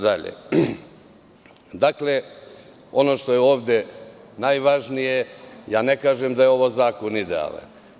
Dakle, ono što je ovde najvažnije, ne kažem da je ovaj zakon idealan.